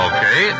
Okay